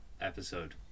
episode